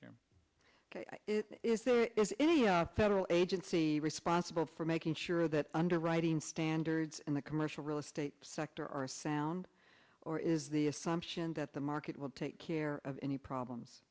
back it is there is any a federal agency be responsible for making sure that underwriting standards in the commercial real estate sector are sound or is the assumption that the market will take care of any problems